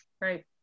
right